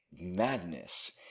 madness